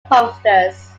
posters